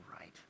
right